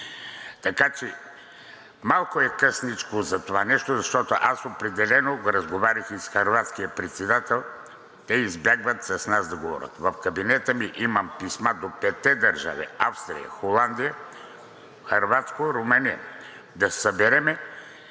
Така че малко е късничко затова нещо, защото, аз определено разговарях и с хърватския председател, те избягват с нас да говорят. В кабинета ми имам писма до петте държави – Австрия, Холандия, Хърватска, Румъния, да се съберем.